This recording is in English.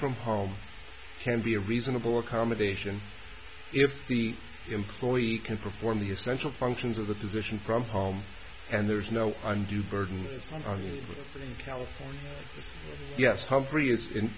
from home can be a reasonable accommodation if the employee can perform the essential functions of the position from home and there's no undue burden is on the california yes humphrey it's in